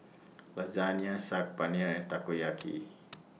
Lasagne Saag Paneer and Takoyaki